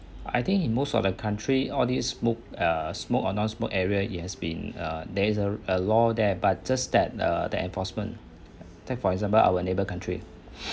I think in most of the country all these smoke uh smoke or non-smoke area it has been uh there is a a law there but just that err the enforcement think for example our neighbour country